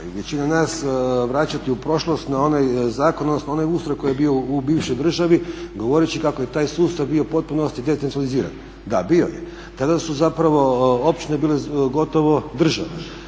većina nas vraćati u prošlost na onaj zakon, odnosno onoj ustroj koji je bio u bivšoj državi govoreći kako je taj sustav bio u potpunosti decentraliziran. Da, bio. Tada su zapravo općine bile gotovo državne.